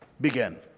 Begin